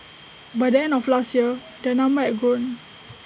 by the end of last year their number had grown